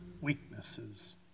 weaknesses